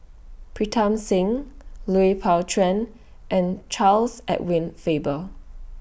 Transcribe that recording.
Pritam Singh Lui Pao Chuen and Charles Edward Faber